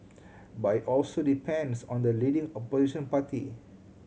but it also depends on the leading Opposition party